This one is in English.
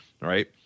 Right